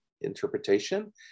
interpretation